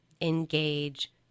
engage